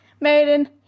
maiden